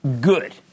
good